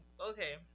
Okay